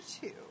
two